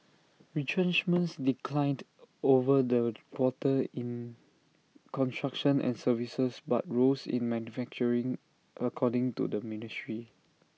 retrenchments declined over the quarter in construction and services but rose in manufacturing according to the ministry